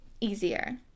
easier